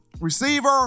receiver